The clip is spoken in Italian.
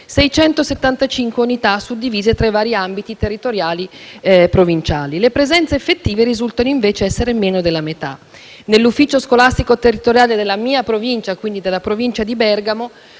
675 unità, suddivise tra i vari ambiti territoriali provinciali. Le presenze effettive risultano invece essere meno della metà. Nell'ufficio scolastico territoriale della mia Provincia, quindi della Provincia di Bergamo,